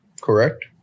correct